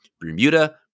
Bermuda